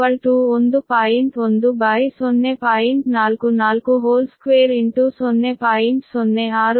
1 0